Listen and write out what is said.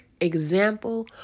example